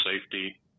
safety